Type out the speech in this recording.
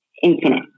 infinite